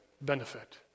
benefit